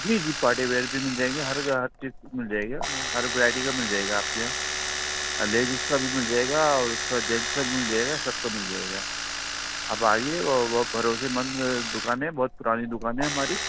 جی جی party wear بھی مل جائ گ ہر ہر چیز مل جائے گا ہر ورائٹی کا مل جائے گا آپ کے یہاں لیڈیز کا بھی مل جائے گا اور اس کا جینٹس کا بھی مل جائے گا سب کا مل جائے گا آپ آئیے اور بھروسے مند دکان ہے بہت پرانی دکانیں ہماری